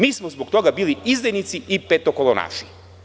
Mi smo zbog toga bili izdajnici i petokolonaši.